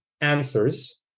answers